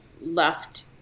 left